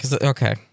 okay